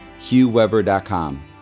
hughweber.com